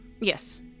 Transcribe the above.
Yes